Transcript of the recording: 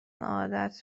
عادت